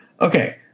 okay